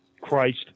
Christ